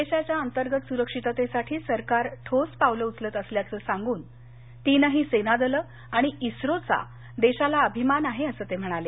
देशांच्या अंतर्गत सुरक्षिततेसाठी सरकार ठोस पावलं उचलत असल्याचं सांगून तीनही सेना दलं आणि इस्रोचा देशाला अभिमान असल्याचं ते म्हणाले